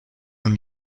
and